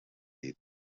dit